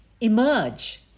emerge